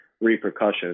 repercussions